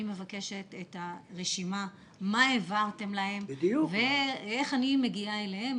אני מבקשת את הרשימה מה העברתם להם ואיך אני מגיעה אליהם,